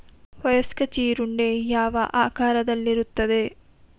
ವಯಸ್ಕ ಜೀರುಂಡೆ ಯಾವ ಆಕಾರದಲ್ಲಿರುತ್ತದೆ?